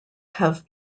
have